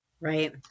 Right